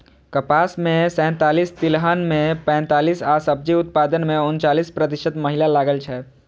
कपास मे सैंतालिस, तिलहन मे पैंतालिस आ सब्जी उत्पादन मे उनचालिस प्रतिशत महिला लागल छै